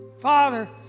Father